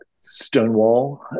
Stonewall